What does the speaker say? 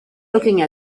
looking